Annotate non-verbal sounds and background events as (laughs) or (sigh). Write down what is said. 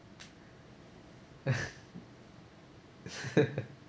(laughs)